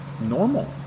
normal